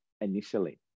initially